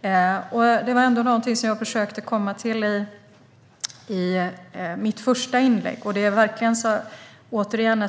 Det var någonting som jag försökte komma till i mitt första inlägg. Återigen: